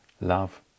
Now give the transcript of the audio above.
Love